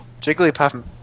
Jigglypuff